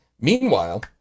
Meanwhile